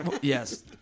Yes